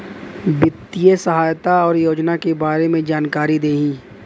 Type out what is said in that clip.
वित्तीय सहायता और योजना के बारे में जानकारी देही?